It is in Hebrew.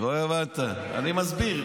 לא הבנת, אני מסביר.